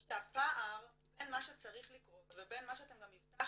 שהפער בין מה שצריך לקרות לבין מה שאתם גם הבטחתם,